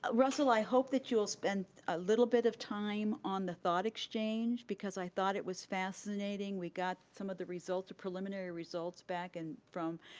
russell, i hope that you will spend a little bit of time on the thought exchange because i thought it was fascinating. we got some of the results, the preliminary results back and from,